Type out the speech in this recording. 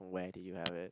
where did you have it